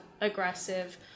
aggressive